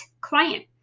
client